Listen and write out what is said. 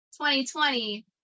2020